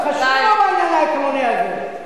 זה חשוב לו העניין העקרוני הזה.